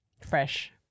fresh